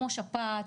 כמו שפעת,